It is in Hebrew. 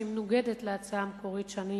שהיא מנוגדת להצעה המקורית שאני